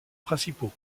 principaux